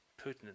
Putin